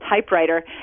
typewriter